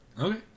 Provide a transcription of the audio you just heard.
Okay